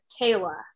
Kayla